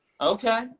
Okay